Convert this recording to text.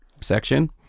section